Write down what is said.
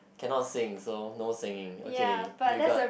cannot sing so no singing okay you got